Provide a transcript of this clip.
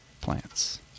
Plants